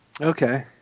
Okay